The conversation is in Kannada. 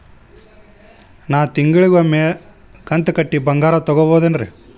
ನಾ ತಿಂಗಳಿಗ ಒಮ್ಮೆ ಕಂತ ಕಟ್ಟಿ ಬಂಗಾರ ತಗೋಬಹುದೇನ್ರಿ?